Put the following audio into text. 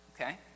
Okay